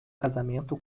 casamento